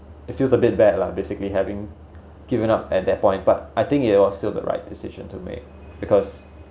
it feels a bit bad lah basically having given up at that point but I think it was still the right decision to make because